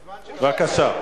בבקשה.